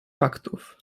faktów